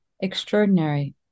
Extraordinary